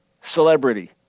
celebrity